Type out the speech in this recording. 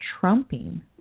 trumping